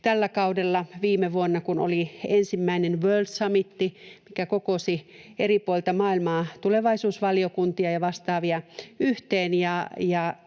tällä kaudella viime vuonna, kun oli ensimmäinen world summit, mikä kokosi eri puolilta maailmaa tulevaisuusvaliokuntia ja vastaavia yhteen.